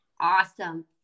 Awesome